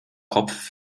kopf